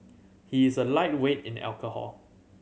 he is a lightweight in alcohol